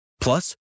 Plus